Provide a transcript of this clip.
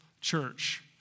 church